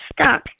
stuck